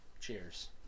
Cheers